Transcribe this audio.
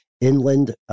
inland